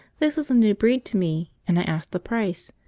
this was a new breed to me and i asked the price,